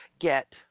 get